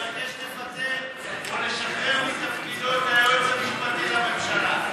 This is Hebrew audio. לבקש לפטר או לשחרר מתפקידו את היועץ המשפטי לממשלה.